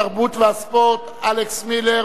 התרבות והספורט אלכס מילר.